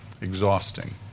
exhausting